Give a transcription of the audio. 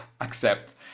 accept